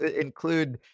include